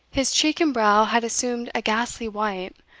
his cheek and brow had assumed a ghastly white,